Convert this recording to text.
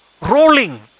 Rolling